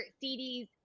CD's